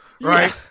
Right